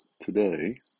today